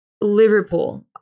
Liverpool